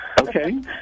Okay